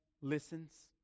listens